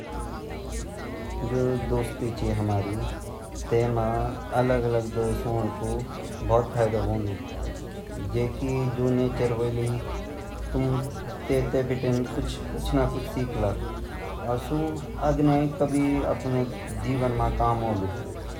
दोस्तों का एक विवध समूह होना बहुत ज़रूरी है दोस्त हमारे बहुत काम आते है वह हमारी पढाई में हमारी मदद करते है हम एक दूसरे की मदद करते है हम एक साथ बहार जा सकते है एकजुट बना कर चलेंगे तो हम हमेशा सुरक्षित रहेंगे और उनकी संस्कृति हमारी संस्कृति अलग -अलग सांस्कृत्यों के बारे मे जान सकते है और फिर इनि हम दुनिया दे अगिन-अगिन बढ़ सकन।